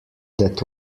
that